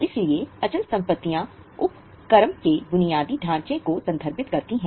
इसलिए अचल संपत्तियां उपक्रम के बुनियादी ढांचे को संदर्भित करती हैं